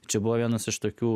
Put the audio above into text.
čia buvo vienas iš tokių